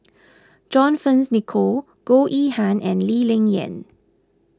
John Fearns Nicoll Goh Yihan and Lee Ling Yen